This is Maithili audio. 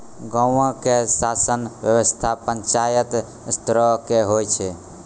गांवो के शासन व्यवस्था पंचायत स्तरो के होय छै